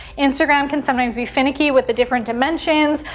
instagram can sometimes be finicky with the different dimensions,